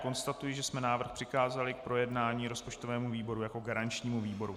Konstatuji, že jsme návrh přikázali k projednání rozpočtovému výboru jako garančnímu výboru.